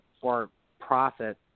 for-profit